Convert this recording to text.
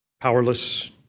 powerless